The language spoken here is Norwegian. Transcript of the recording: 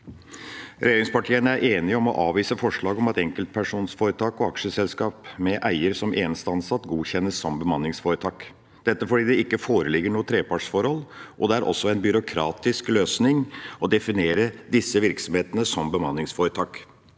Regjeringspartiene er enige om å avvise forslaget om at enkeltpersonforetak og aksjeselskaper med eier som eneste ansatt godkjennes som bemanningsforetak. Dette er fordi det ikke foreligger noe trepartsforhold, og det er også en byråkratisk løsning å definere disse virksomhetene som bemanningsforetak.